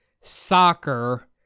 soccer